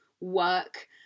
work